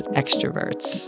extroverts